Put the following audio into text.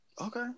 Okay